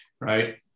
Right